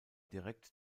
direkt